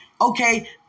Okay